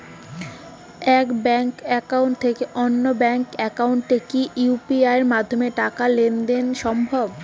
এক bank account থেকে অন্য ব্যাংক একাউন্টে কি ইউ.পি.আই মাধ্যমে টাকার লেনদেন দেন সম্ভব?